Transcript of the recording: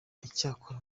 icyakora